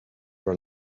are